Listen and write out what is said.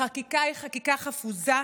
החקיקה היא חקיקה חפוזה.